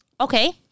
Okay